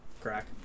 crack